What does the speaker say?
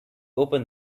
opened